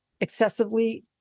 excessively